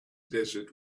desert